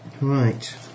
Right